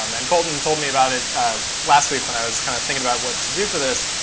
um and colton told me about it last week when i was kind of thinking about what to do for this,